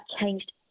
changed